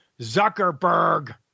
Zuckerberg